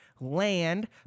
land